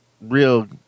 real